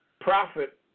profit